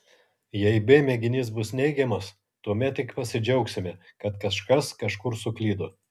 jei b mėginys bus neigiamas tuomet tik pasidžiaugsime kad kažkas kažkur suklydo